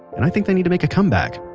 and i think they need to make a comeback!